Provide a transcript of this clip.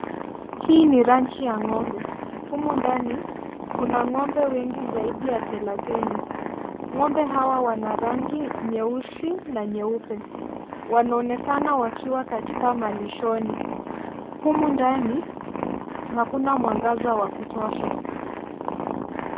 Hii ni ranchi ya ngombe. Humu ndani kuna ng'ombe wengi zaidi ya thelathini. Ng'ombe hawa wana rangi nyeusi na nyeupe. Wanaonekana wakiwa katika malishoni. Humu ndani hakuna mwangaza wa kutosha.